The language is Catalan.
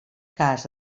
cas